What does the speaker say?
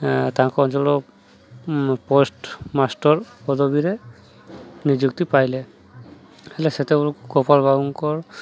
ତାଙ୍କ ଅଞ୍ଚଳର post master ପଦବୀରେ ନିଯୁକ୍ତି ପାଇଲେ ହେଲେ ସେତେବେଳକୁ ଗୋପଳବାବୁଙ୍କର